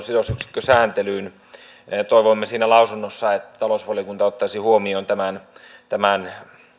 sidosyksikkösääntelyyn toivoimme siinä lausunnossa että talousvaliokunta ottaisi huomioon tämän tämän